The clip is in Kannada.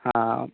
ಹಾಂ